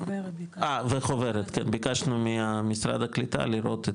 ביקשנו ממשרד הקליטה לראות,